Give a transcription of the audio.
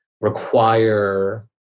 require